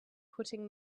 putting